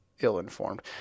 ill-informed